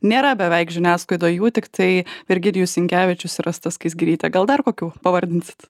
nėra beveik žiniasklaidoj jų tiktai virginijus sinkevičius ir asta skaisgirytė gal dar kokių pavardinsit